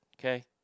Okay